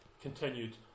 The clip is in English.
continued